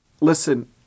Listen